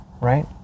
right